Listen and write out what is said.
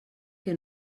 que